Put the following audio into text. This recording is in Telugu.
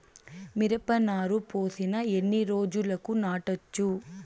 మిరప నారు పోసిన ఎన్ని రోజులకు నాటచ్చు?